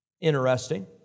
Interesting